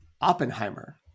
Oppenheimer